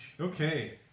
Okay